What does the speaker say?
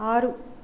ఆరు